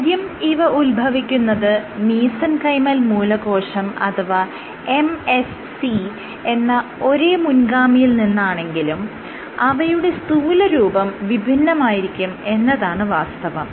കാര്യം ഇവ ഉത്ഭവിക്കുന്നത് മീസെൻകൈമൽ മൂലകോശം അഥവാ MSC എന്ന ഒരേ മുൻഗാമിയിൽ നിന്നാണെങ്കിലും അവയുടെ സ്ഥൂലരൂപം വിഭിന്നമായിരിക്കും എന്നതാണ് വാസ്തവം